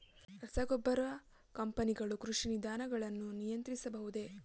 ರಸಗೊಬ್ಬರ ಕಂಪನಿಗಳು ಕೃಷಿ ವಿಧಾನಗಳನ್ನು ನಿಯಂತ್ರಿಸಬಹುದೇ?